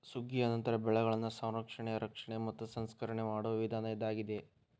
ಸುಗ್ಗಿಯ ನಂತರ ಬೆಳೆಗಳನ್ನಾ ಸಂರಕ್ಷಣೆ, ರಕ್ಷಣೆ ಮತ್ತ ಸಂಸ್ಕರಣೆ ಮಾಡುವ ವಿಧಾನ ಇದಾಗಿದೆ